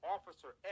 Officer